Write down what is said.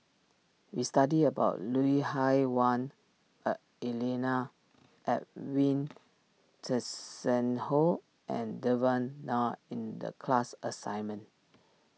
we studied about Lui Hah Wah a Elena Edwin Tessensohn and Devan Nair in the class assignment